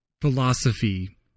philosophy